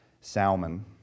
Salmon